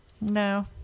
No